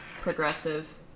progressive